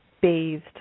bathed